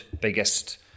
biggest